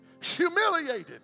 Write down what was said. Humiliated